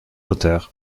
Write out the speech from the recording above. auteurs